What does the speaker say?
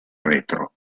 retro